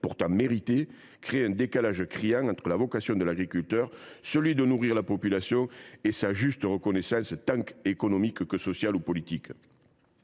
sociale méritée. Le décalage est criant entre la vocation de l’agriculteur – nourrir la population – et sa juste reconnaissance tant économique que sociale ou politique.